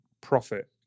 profit